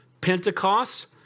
Pentecost